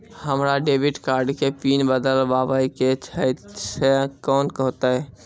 हमरा debit card के pin बदलबावै के छैं से कौन होतै?